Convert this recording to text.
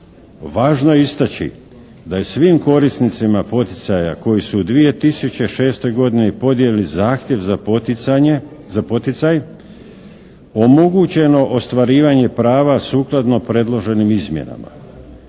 Važno je istaći da je svim korisnicima poticaja koji su u 2006. godini podnijeli zahtjev za poticaj omogućeno ostvarivanje prava sukladno predloženim izmjenama.